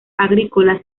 agrícola